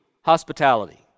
Hospitality